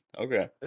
Okay